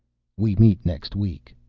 we meet next week,